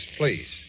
please